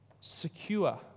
secure